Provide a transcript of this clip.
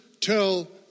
tell